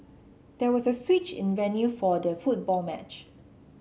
there was a switch in venue for the football match